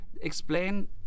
explain